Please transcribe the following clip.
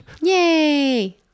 yay